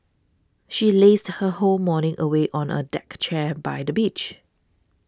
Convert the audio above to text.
she lazed her whole morning away on a deck chair by the beach